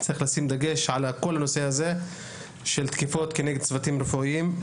צריך לשים דגש על נושא התקיפות נגד צוותים רפואיים.